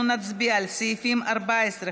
אנחנו נצביע על סעיפים 14,